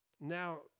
now